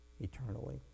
eternally